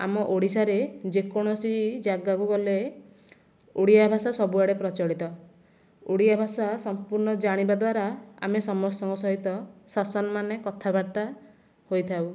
ଆମ ଓଡ଼ିଶାରେ ଯକୌଣସି ଜାଗାକୁ ଗଲେ ଓଡ଼ିଆ ଭାଷା ସବୁଆଡ଼େ ପ୍ରଚଳିତ ଓଡ଼ିଆ ଭାଷା ସମ୍ପୂର୍ଣ୍ଣ ଜାଣିବା ଦ୍ଵାରା ଆମେ ସମସ୍ତଙ୍କ ସହିତ ସତ୍ ସମ୍ମାନେ କଥାବାର୍ତ୍ତା ହୋଇଥାଉ